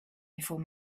before